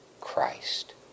Christ